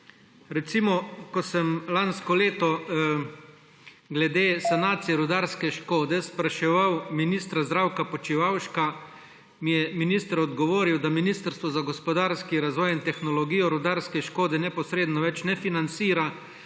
Ko sem lansko leto glede sanacije rudarske škode spraševal ministra Zdravka Počivalška, mi je minister odgovoril, da Ministrstvo za gospodarski razvoj in tehnologijo rudarske škode neposredno več ne financira,